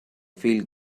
feel